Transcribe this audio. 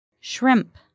Shrimp